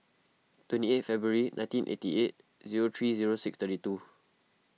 twenty eight February nineteen eighty eight zero three zero six thirty two